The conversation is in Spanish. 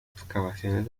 excavaciones